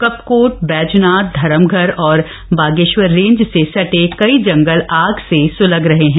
कपकोट बैजनाथ धरमघर और बागेश्वर रेंज से सटे कई जंगल आग से स्लग रहे हैं